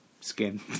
skin